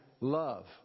Love